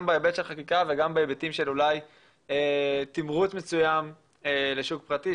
גם בהיבט של חקיקה וגם בהיבטים של אולי תמרוץ מסוים לשוק הפרטי,